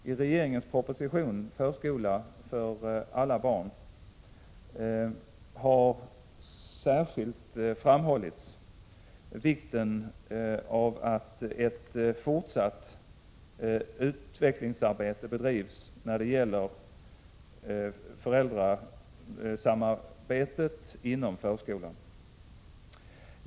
I regeringens proposition om förskola för alla barn har särskilt framhållits vikten av ett fortsatt utvecklingsarbete när det gäller föräldrasamarbetet inom förskolan.